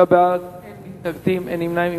חמישה בעד, אין מתנגדים, אין נמנעים.